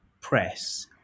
press